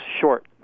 short